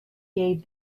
gave